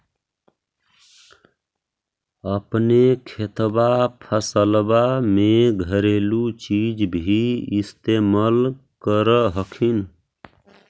अपने खेतबा फसल्बा मे घरेलू चीज भी इस्तेमल कर हखिन?